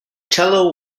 cello